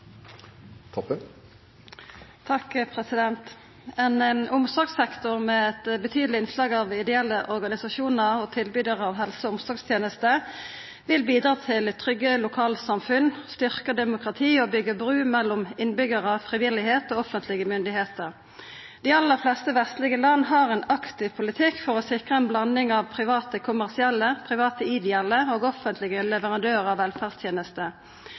i praksis. Ein omsorgssektor med eit betydeleg innslag av ideelle organisasjonar og tilbydarar av helse- og omsorgstenester vil bidra til trygge lokalsamfunn, styrkt demokrati og til å byggja bru mellom innbyggjarane, det frivillige og offentlege styresmakter. Dei aller fleste vestlege landa har ein aktiv politikk for å sikra ei blanding av private kommersielle, private ideelle og offentlege leverandørar av velferdstenester.